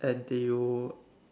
NTU